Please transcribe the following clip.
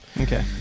Okay